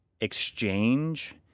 exchange